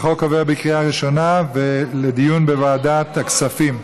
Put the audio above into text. החוק עבר בקריאה ראשונה ועובר לדיון בוועדת הכספים.